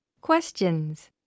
Questions